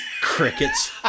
Crickets